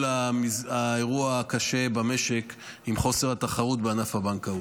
באירוע הקשה במשק עם חוסר התחרות בענף הבנקאות.